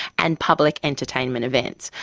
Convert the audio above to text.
and public entertainment events.